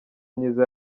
myiza